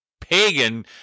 pagan